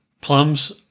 Plums